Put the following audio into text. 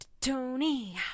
Tony